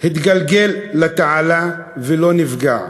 התגלגל לתעלה ולא נפגע,